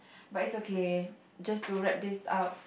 but it's okay just to wrap this up